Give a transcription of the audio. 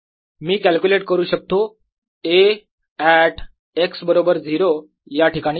मी calculate करू शकतो A at x बरोबर 0 याठिकाणी